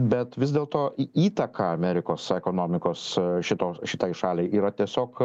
bet vis dėlto įtaką amerikos ekonomikos šito šitai šaliai yra tiesiog